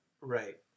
Right